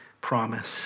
promise